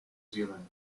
zealand